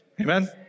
Amen